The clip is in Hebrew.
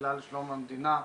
בתפילה לשלום המדינה: